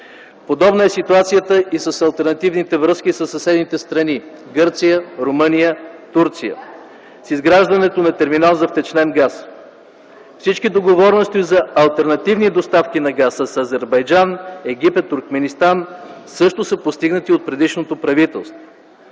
Подобна е ситуацията и с алтернативните връзки със съседните страни Гърция, Румъния и Турция, с изграждането на терминал за втечнен газ. Всички договорености за алтернативни доставки на газ с Азербайджан, Египет, Туркменистан също са постигнати от предишното правителство.